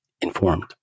informed